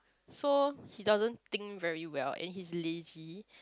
so he doesn't think very well and he's lazy